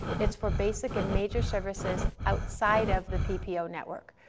it's for basic and major services outside of the ppo network,